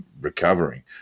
recovering